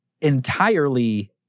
entirely